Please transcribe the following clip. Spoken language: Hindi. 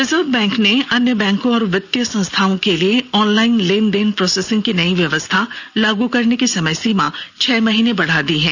रिजर्व बैंक ने अन्य बैंकों और वित्तीय संस्थाओं के लिए ऑन लाइन लेन देन प्रोसेसिंग की नई व्यवस्था लागू करने की समय सीमा छह महीने बढ़ा दी है